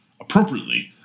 appropriately